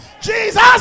Jesus